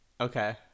Okay